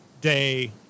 day